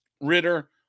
Ritter